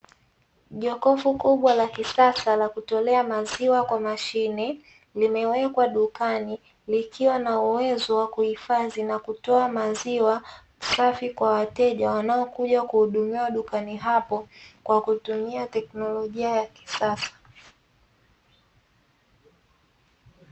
Jokofu kubwa la kisasa la kutolea maziwa kwa mashine, limewekwa dukani likiwa na uwezo wa kuhifadhi na kutoa maziwa safi kwa wateja wanaokuja kuhudumiwa dukani hapo, kwa kutumia teknolojia ya kisasa.